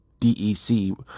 dec